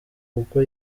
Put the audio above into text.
kuko